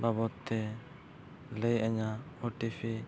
ᱵᱟᱵᱚᱫ ᱛᱮ ᱞᱟᱹᱭᱟᱹᱧᱟᱹ